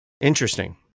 Interesting